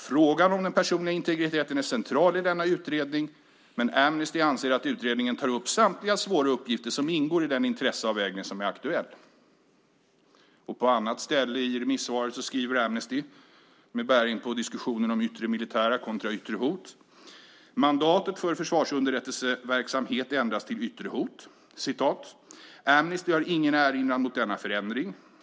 Frågan om den personliga integriteten är central i denna utredning, men Amnesty anser att utredningen tar upp samtliga svåra uppgifter som ingår i den intresseavvägning som är aktuell. På ett annat ställe i remissvaret skriver Amnesty med bäring på diskussion om yttre militära kontra yttre hot - mandatet för försvarsunderrättelseverksamhet ändras till yttre hot: Amnesty har ingen erinran mot denna förändring.